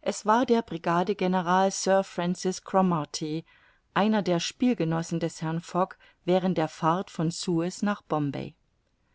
es war der brigadegeneral sir francis cromarty einer der spielgenossen des herrn fogg während der fahrt von suez nach bombay